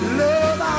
love